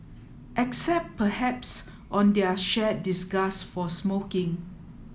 except perhaps on their shared disgust for smoking